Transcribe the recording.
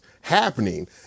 happening